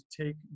take